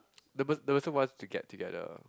the per~ the person wants to get together